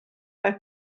mae